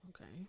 Okay